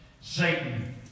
Satan